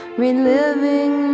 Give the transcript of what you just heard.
reliving